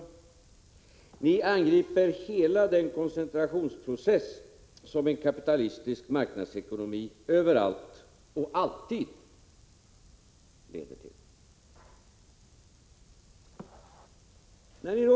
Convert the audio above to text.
Ni angriper hela den koncentrationsprocess som en kapitalistisk marknadsekonomi överallt och alltid leder till.